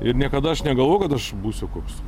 ir niekada aš negalvojau kad aš būsiu koks